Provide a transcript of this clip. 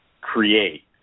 create